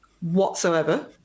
whatsoever